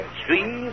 three